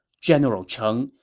general cheng,